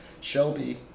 Shelby